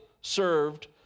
served